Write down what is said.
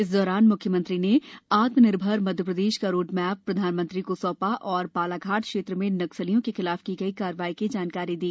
इस दौरान मुख्यमंत्री ने आत्मनिर्भर मध्यप्रदेश का रोडमैप प्रधानमंत्री को सौंपा तथा बालाघाट क्षेत्र में नक्सलियों के खिलाफ की गई कार्यवाही की जानकारी दी